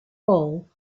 role